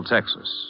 Texas